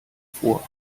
vor